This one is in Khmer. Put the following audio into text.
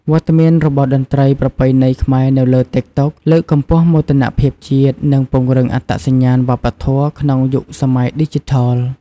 វត្តមានរបស់តន្ត្រីប្រពៃណីខ្មែរនៅលើ តិកតុក លើកកម្ពស់មោទនភាពជាតិ និងពង្រឹងអត្តសញ្ញាណវប្បធម៌ក្នុងយុគសម័យឌីជីថល។